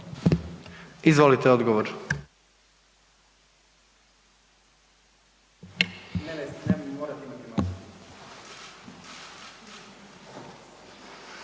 Izvolite odgovor.